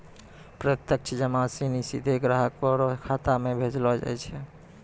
प्रत्यक्ष जमा सिनी सीधे ग्राहक रो खातो म भेजलो जाय छै